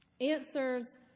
Answers